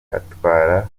atwara